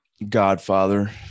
godfather